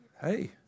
Hey